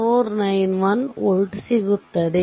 491 volt ಸಿಗುತ್ತದೆ